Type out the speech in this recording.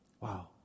Wow